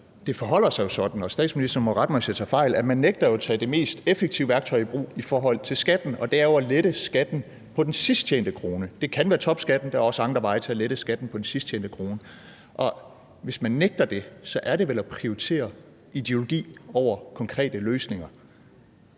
det forholder sig jo sådan, og statsministeren må rette mig, hvis jeg tager fejl, at man nægter at tage det mest effektive værktøj i brug i forhold til skatten, og det er at lette skatten på den sidst tjente krone. Det kan være topskatten, og der er også andre veje til at lette skatten på den sidst tjente krone. Hvis man nægter det, er det vel at prioritere ideologi over konkrete løsninger.